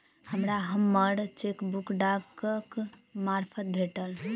हमरा हम्मर चेकबुक डाकक मार्फत भेटल